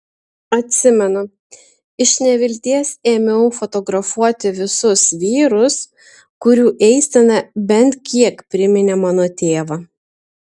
atsimenu iš nevilties ėmiau fotografuoti visus vyrus kurių eisena bent kiek priminė mano tėvą